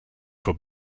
for